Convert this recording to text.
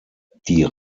die